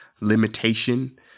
limitation